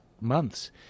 months